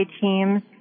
teams